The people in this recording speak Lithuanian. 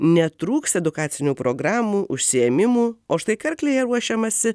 netrūks edukacinių programų užsiėmimų o štai karklėje ruošiamasi